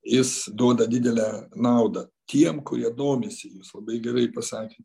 jis duoda didelę naudą tiem kurie domisi jūs labai gerai pasakėt